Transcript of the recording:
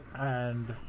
and